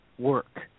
work